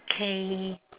k